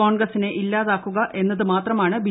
കോൺഗ്രസിനെ ഇല്ലാത്ത്ക്കുക എന്നത് മാത്രമാണ് ബി